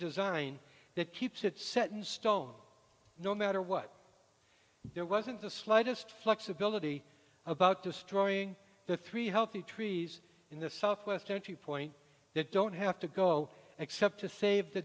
design that keeps it set in stone no matter what there wasn't the slightest flexibility about destroying the three healthy trees in the southwest don't you point that don't have to go except to save the